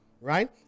right